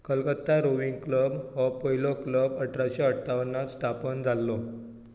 Calcutta rowing club हो पयलो club अठराशे अठ्ठावनात स्थापन जाल्लो